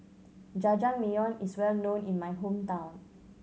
Jajangmyeon is well known in my hometown